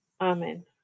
Amen